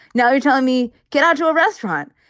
now you're telling me get out to a restaurant.